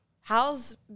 how's